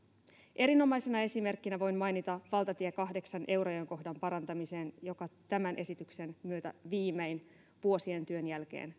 erinomaisena esimerkkinä voin mainita valtatie kahdeksan eurajoen kohdan parantamisen joka tämän esityksen myötä viimein vuosien työn jälkeen